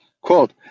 quote